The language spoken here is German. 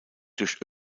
durch